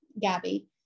Gabby